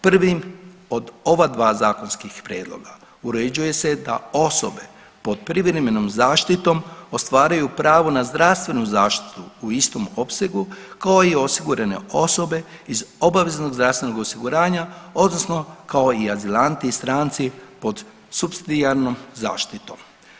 Prvi od ova dva zakonskih prijedloga uređuje se da osobe pod privremenom zaštitom ostvaruju pravo na zdravstvenu zaštitu kao i osigurane osobe iz obaveznoga zdravstvenog osiguranja odnosno kao i azilanti i stranci po supsidijarnom zaštitom.